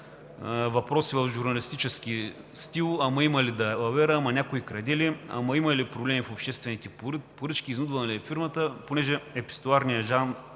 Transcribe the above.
въпроси в журналистически стил: ама има ли далавера, някой краде ли, има ли проблеми в обществените поръчки, изнудвана ли е фирмата? Понеже епистоларният жанр